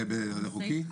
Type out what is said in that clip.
זה חוקי?